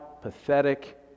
pathetic